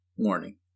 Warning